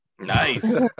Nice